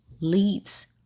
leads